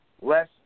less